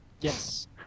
Yes